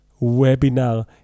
webinar